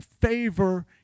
favor